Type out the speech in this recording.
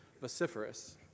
vociferous